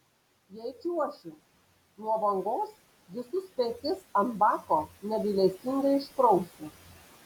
jei čiuošiu nuo bangos visus penkis ant bako negailestingai išprausiu